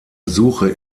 suche